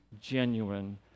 genuine